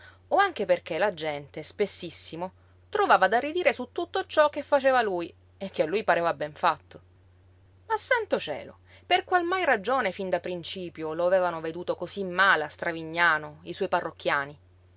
o anche perché la gente spessissimo trovava da ridire su tutto ciò che faceva lui e che a lui pareva ben fatto ma santo cielo per qual mai ragione fin da principio lo avevano veduto cosí male a stravignano i suoi parrocchiani